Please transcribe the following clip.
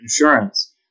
insurance